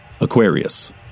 Aquarius